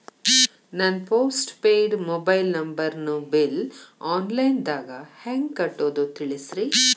ನನ್ನ postpaid mobile ನಂಬರನ್ನು bill online ದಾಗ ಹೆಂಗ್ ಕಟ್ಟೋದು ತಿಳಿಸ್ರಿ